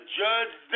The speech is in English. judge